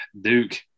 Duke